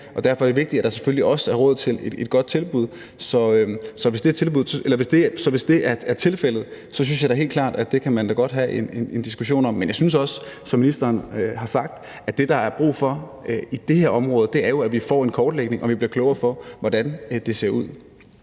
selvfølgelig vigtigt, at der også er råd til et godt tilbud. Så hvis det er tilfældet, synes jeg da helt klart, at man godt kan have en diskussion om det, men jeg synes også, som ministeren har sagt, at det, der er brug for på det her område, er, at vi får en kortlægning, og at vi bliver klogere på, hvordan det ser ud.